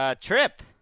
trip